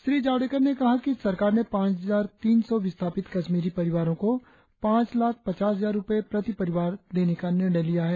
श्री जावड़ेकर ने कहा कि सरकार ने पांच हजार तीन सौ विस्थापित कश्मीरी परिवारो को पांच लाख पचास हजार रुपए प्रति परिवार को देने का निर्णय लिया है